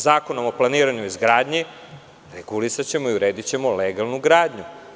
Zakonom o planiranju izgradnje regulisaćemo i uredićemo legalnu radnju.